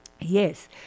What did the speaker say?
Yes